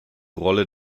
rolle